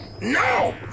No